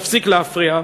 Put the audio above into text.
תפסיק להפריע,